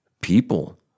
people